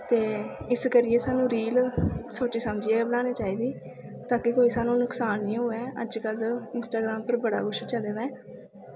ते इस करियै सानूं रील सोची समझियै गै बनानी चाहिदी तां कि सानूं कोई नुक्सान निं होऐ अजकल्ल इंस्टाग्राम पर बड़ा कुछ चले दा ऐ